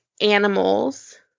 animals